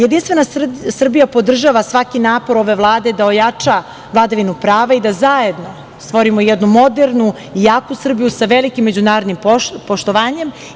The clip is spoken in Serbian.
Jedinstvena Srbija podržava svaki napor ove Vlade da ojača vladavinu prava i da zajedno stvorimo jednu modernu i jaku Srbiju sa velikim međunarodnim poštovanjem.